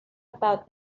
about